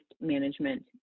management